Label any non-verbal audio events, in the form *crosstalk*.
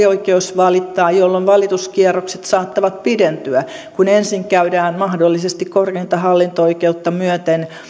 *unintelligible* oikeus valittaa jolloin valituskierrokset saattavat pidentyä kun ensin käydään mahdollisesti korkeinta hallinto oikeutta myöten